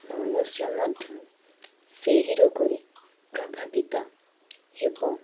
ମନୁଷ୍ୟ ମଧ୍ୟ ସେହି ରୋଗରେ ପ୍ରଭାବିତ ହେବ